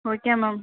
okay ma'am